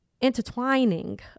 intertwining